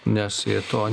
nes jie to